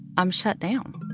i'm shut down.